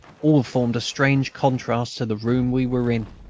all formed a strange contrast to the room we were in.